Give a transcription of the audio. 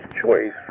choice